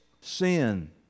sin